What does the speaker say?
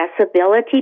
accessibility